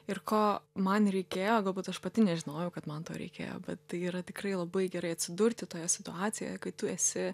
ir ko man reikėjo galbūt aš pati nežinojau kad man to reikėjo bet tai yra tikrai labai gerai atsidurti toje situacijoje kai tu esi